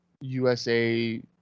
USA